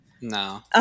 no